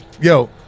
Yo